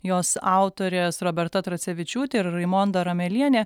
jos autorės roberta tracevičiūtė ir raimonda ramelienė